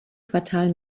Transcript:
quartal